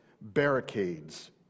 barricades